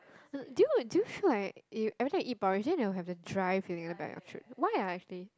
do you do you feel like you every time you eat porridge then you have a dry feeling at the back of your throat why ah actually